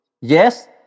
Yes